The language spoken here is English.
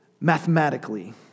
mathematically